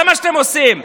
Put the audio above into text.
זה מה שאתם עושים.